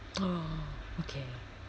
oh okay